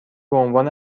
بعنوان